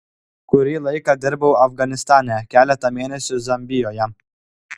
kurį laiką dirbau afganistane keletą mėnesių zambijoje